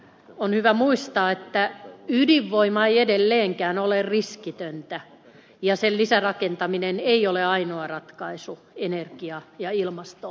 on hyvä muistaa että ydinvoima ei edelleenkään ole riskitöntä eikä sen lisärakentaminen ole ainoa ratkaisu energia ja ilmastohaasteeseen